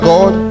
God